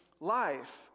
life